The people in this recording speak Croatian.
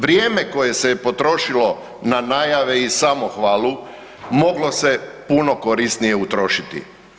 Vrijeme koje se je potrošilo na najave i samohvalu moglo se puno korisnije utrošiti.